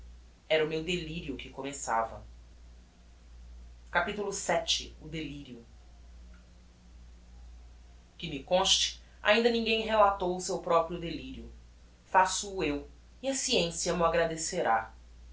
era o meu delirio que começava capitulo vii o delirio que me conste ainda ninguem relatou o seu proprio delirio faço-o eu e a sciencia m'o agradecerá